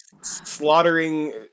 slaughtering